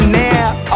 now